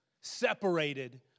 separated